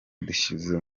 dushyize